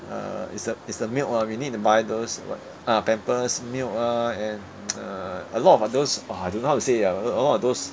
err is the is the milk lah we need to buy those what ah pampers milk ah and uh a lot of those !wah! I don't know how to say ah all of those